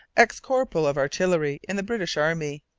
ex-corporal of artillery in the british army.